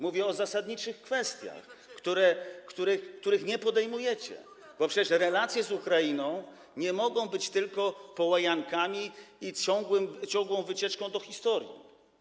Mówię o zasadniczych kwestiach, których nie podejmujecie, bo przecież relacje z Ukrainą nie mogą być tylko połajankami i ciągłą wycieczką do historii.